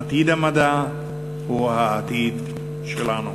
עתיד המדע הוא העתיד שלנו.